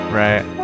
right